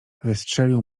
wystrzelił